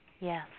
Yes